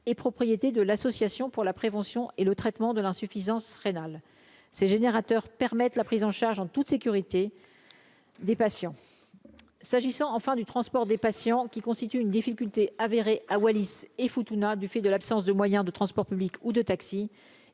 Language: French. et propriété de l'association pour la prévention et le traitement de l'insuffisance rénale ces générateurs permettent la prise en charge en toute sécurité des patients s'agissant enfin du transport des patients qui constitue une difficulté avérée à Wallis et Futuna, du fait de l'absence de moyens de transports publics ou de taxi,